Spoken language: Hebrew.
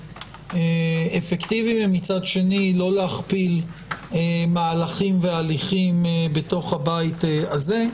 אפקטיבי ומצד שני לא להכפיל מהלכים והליכים בתוך הבית הזה.